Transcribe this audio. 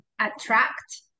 attract